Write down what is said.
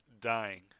dying